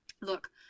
look